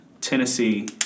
Tennessee